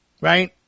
Right